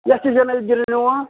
ಎಷ್ಟು ಜನ ಇದ್ದೀರಿ ನೀವು